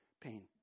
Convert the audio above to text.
pain